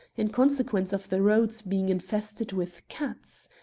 in consequence of the roads being infested with cats.